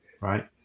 Right